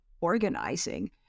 organizing